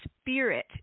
spirit